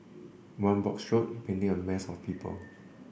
one broad stroke painting a mass of people